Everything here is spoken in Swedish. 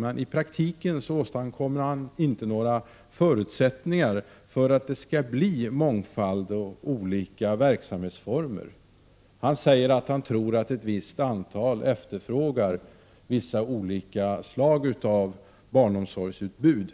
Men i praktiken åstadkommer han inte några förutsättningar för att det skall bli en mångfald och olika verksamhetsformer. Han säger att han tror att ett visst antal efterfrågar vissa olika slag av barnomsorg. Men